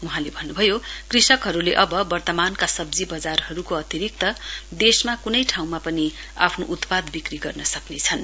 वहाँले भन्नुभयो कृषकहरूले अब वर्तमानका सब्जी बजारहरूको अतिरिक्त देशमा कुनै ठाउँमा पनि आफ्नो उत्पाद बिक्री गर्न सक्नेछन्